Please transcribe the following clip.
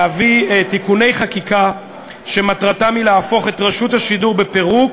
להביא תיקוני חקיקה שמטרתם היא להפוך את רשות השידור בפירוק